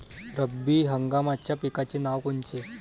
रब्बी हंगामाच्या पिकाचे नावं कोनचे?